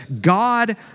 God